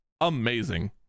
amazing